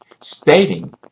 stating